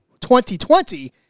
2020